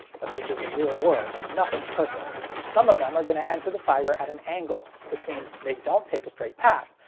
but this is the real world, and nothing's perfect. some of them are gonna enter the fiber at an angle, which means they don't take a straight path.